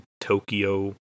Tokyo